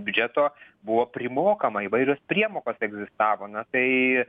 biudžeto buvo primokama įvairios priemokos egzistavo na tai